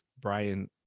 Brian